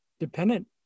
dependent